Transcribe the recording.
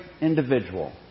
individual